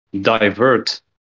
divert